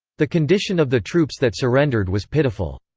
the condition of the troops that surrendered was pitiful.